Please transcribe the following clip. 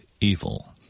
evil